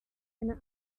eine